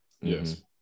Yes